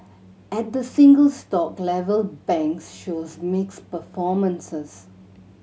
at the single stock level banks shows mixed performances